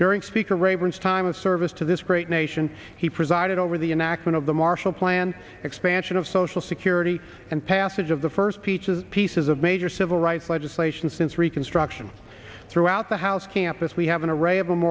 during speaker rayburn's time of service to this great nation he presided over the inaction of the marshall plan expansion of social security and passage of the first peaches pieces of major civil rights legislation since reconstruction throughout the house campus we have an array of